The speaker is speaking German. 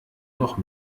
noch